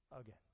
Again